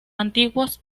antiguos